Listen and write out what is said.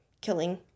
killing